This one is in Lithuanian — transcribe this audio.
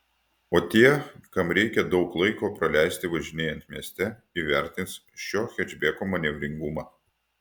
o tie kam reikia daug laiko praleisti važinėjant mieste įvertins šio hečbeko manevringumą